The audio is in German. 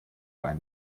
einen